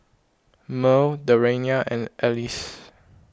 Mearl Dariana and Alice